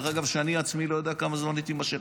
שאני עצמי לא יודע כמה זמן היא תימשך?